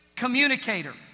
communicator